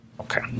Okay